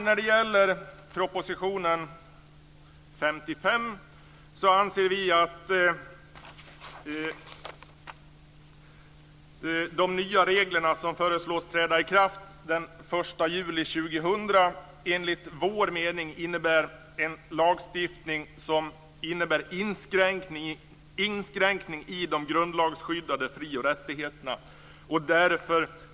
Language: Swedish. När det gäller proposition 55 anser vi att de nya reglerna, som föreslås träda i kraft den 1 juli 2000, är en lagstiftning som innebär en inskränkning i de grundlagsskyddade fri och rättigheterna.